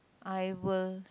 I will